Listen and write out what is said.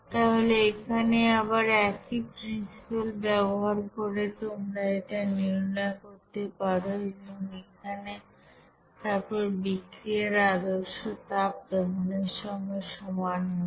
তাহলে এখানে আবার একই প্রিন্সিপাল ব্যবহার করে তোমরা এটা নির্ণয় করতে পারো এবং এখানে তারপর বিক্রিয়ার আদর্শ তাপ দহন এর সঙ্গে সমান হবে